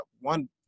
one